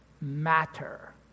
matter